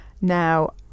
now